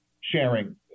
sharing